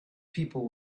people